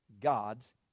gods